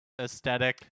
aesthetic